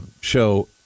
show